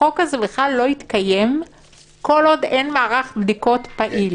החוק הזה לא יתקיים כל עוד אין מערך בדיקות פעיל.